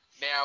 Now